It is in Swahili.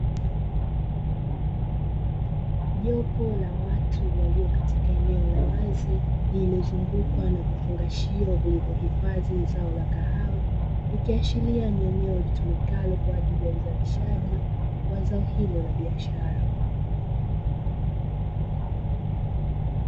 Jopo la watu walio katika eneo la wazi lililozungukwa na vifungashio vilivyohifadhi zao la kahawa, ikiashiria ni eneo litumikalo kwa ajili ya uzalishaji wa zao hilo la biashara.